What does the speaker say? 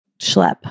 schlep